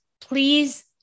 please